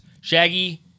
Shaggy